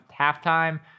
halftime